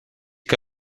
que